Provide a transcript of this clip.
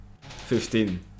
Fifteen